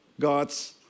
God's